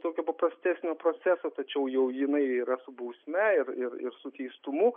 tokio paprastesnio proceso tačiau jau jinai yra su bausme ir ir su teistumu